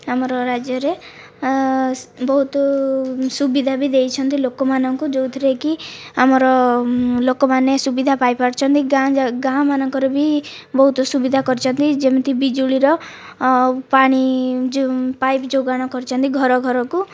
ଆମର ରାଜ୍ୟରେ ବହୁତ ସୁବିଧା ବି ଦେଇଛନ୍ତି ଲୋକମାନଙ୍କୁ ଯେଉଁଥିରେକି ଆମର ଲୋକମାନେ ସୁବିଧା ପାଇପାରୁଛନ୍ତି ଗାଁ ଗାଁମାନଙ୍କରେ ବି ବହୁତ ସୁବିଧା କରିଛନ୍ତି ଯେମିତି ବିଜୁଳିର ଆଉ ପାଣି ଯେଉଁ ପାଇପ୍ ଯୋଗାଣ କରିଛନ୍ତି ଘର ଘରକୁ